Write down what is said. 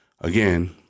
again